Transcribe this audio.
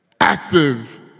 Active